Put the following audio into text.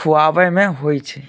खुआबैमे होइ छै